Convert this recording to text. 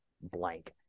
blank